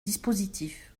dispositif